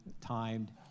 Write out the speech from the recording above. timed